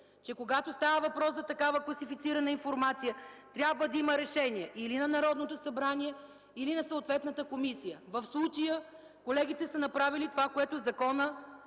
че когато става дума въпрос за такава класифицирана информация, трябва да има решение или на Народното събрание или на съответната комисия. В случая колегите са направили това, което законът